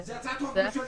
זו הצעת חוק ממשלתית.